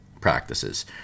practices